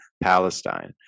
palestine